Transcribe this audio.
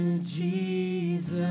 Jesus